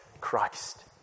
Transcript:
Christ